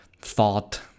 thought